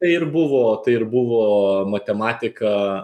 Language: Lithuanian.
tai ir buvo tai ir buvo matematika